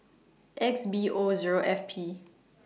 X B O Zero F P